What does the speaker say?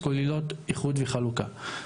כוללות איחוד וחלוקה.